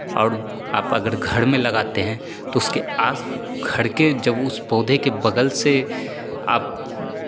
और आप अगर घर में लगाते हैं तो उसके आस घर के जब उस पौधे के बगल से आप